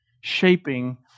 Shaping